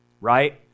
right